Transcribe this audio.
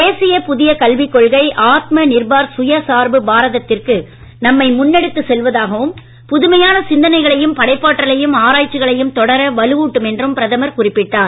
தேசிய புதிய கல்விக்கொள்கை ஆத்ம நிர்பார் சுயசார்பு பாரதத்திற்கு நம்மை முன்னெடுத்துச் செல்வதாகவும் புதுமையான சிந்தனைகளையும் படைப்பாற்றலையும் ஆராய்ச்சிகளையும் தொடர வலுவூட்டும் என்றும் பிரதமர் குறிப்பிட்டார்